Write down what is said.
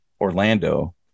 Orlando